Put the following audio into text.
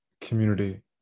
community